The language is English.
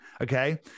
Okay